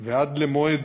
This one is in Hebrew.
ועד למועד